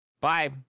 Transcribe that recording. Bye